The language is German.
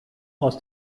aus